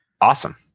Awesome